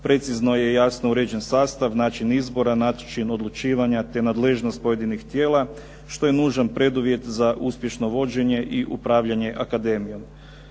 Precizno je i jasno utvrđen sastav, način izbora, način odlučivanja, te nadležnost pojedinih tijela što je nužan preduvjet za uspješno vođenje i upravljanje akademijom.